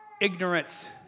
ignorance